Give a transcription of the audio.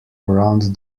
around